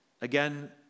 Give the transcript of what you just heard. Again